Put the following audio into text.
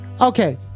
Okay